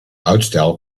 uitstel